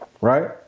Right